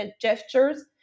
gestures